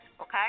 okay